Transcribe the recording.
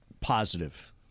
positive